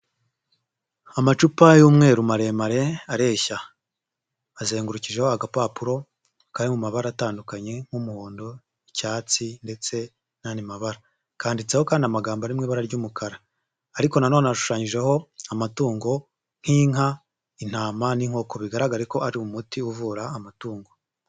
Amacupa y'umweru maremare, areshya. Azengurukijeho agapapuro kari mu mabara atandukanye nk'umuhondo, icyatsi ndetse n'andi mabara. Kandiditseho kandi amagambo mu ibara ry'umukara ariko na none hashushanyijeho amatungo nk'inka, intama n'inkoko. Bigaragara ko ari umuti uvura amatungo.